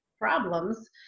problems